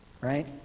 Right